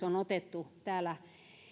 on otettu täällä